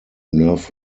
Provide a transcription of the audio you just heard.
nerve